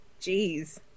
Jeez